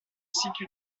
situe